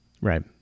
Right